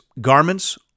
garments